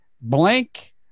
Blank